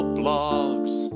blogs